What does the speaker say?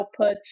outputs